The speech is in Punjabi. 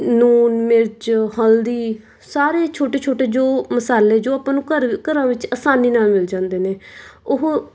ਲੂਣ ਮਿਰਚ ਹਲਦੀ ਸਾਰੇ ਛੋਟੇ ਛੋਟੇ ਜੋ ਮਸਾਲੇ ਜੋ ਆਪਾਂ ਨੂੰ ਘਰ ਘਰਾਂ ਵਿੱਚ ਆਸਾਨੀ ਨਾਲ ਮਿਲ ਜਾਂਦੇ ਨੇ ਉਹ